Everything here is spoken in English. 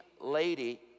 lady